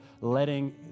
letting